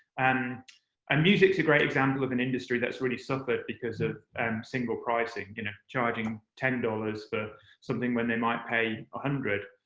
and and music's a great example of an industry that's really suffered because of single pricing. you know charging ten dollars for something when they might pay one ah hundred